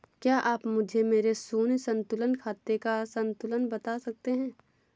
क्या आप मुझे मेरे शून्य संतुलन खाते का संतुलन बता सकते हैं?